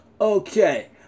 Okay